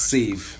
Save